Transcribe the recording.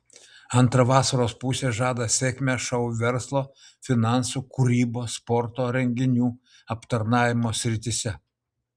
antra vasaros pusė žada sėkmę šou verslo finansų kūrybos sporto renginių aptarnavimo srityse